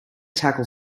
tackle